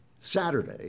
Saturday